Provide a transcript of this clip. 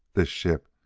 the ship,